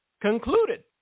concluded